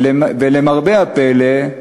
ולמרבה הפלא,